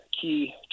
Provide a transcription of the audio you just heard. key